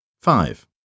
Five